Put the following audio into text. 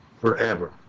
forever